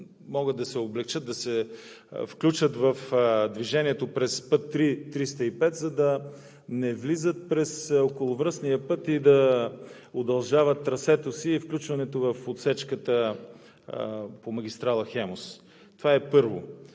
може да се облекчи – да се включат в движението през път III-305, за да не влизат през околовръстния път и да удължават трасето си, и включването в отсечката по магистрала „Хемус“. Това е първо.